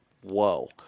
whoa